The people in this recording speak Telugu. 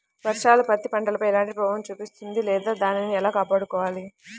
వర్షాలు పత్తి పంటపై ఎలాంటి ప్రభావం చూపిస్తుంద లేదా దానిని ఎలా కాపాడుకోవాలి?